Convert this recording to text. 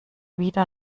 wieder